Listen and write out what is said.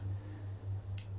v